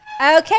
Okay